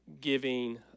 giving